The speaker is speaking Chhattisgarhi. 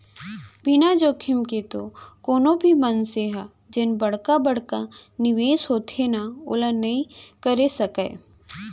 बिना जोखिम के तो कोनो भी मनसे ह जेन बड़का बड़का निवेस होथे ना ओला नइ करे सकय